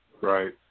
right